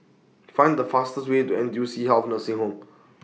Find The fastest Way to N T U C Health Nursing Home